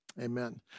Amen